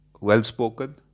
well-spoken